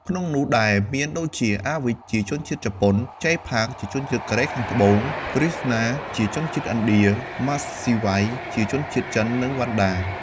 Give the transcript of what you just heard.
ក្នុងនោះដែរមានដូចជា Awich ជាជនជាតិ ជប៉ុន) , Jay Park ជាជនជាតិ កូរ៉េខាងត្បូង, KR$NA ជាជនជាតិ ឥណ្ឌា, Masiwei ជាជនជាតិ ចិន និង វណ្ណដា។